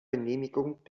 genehmigung